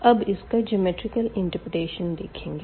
अब इसका geometrical interpretation देखेंगे